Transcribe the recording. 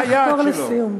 מה היעד שלו.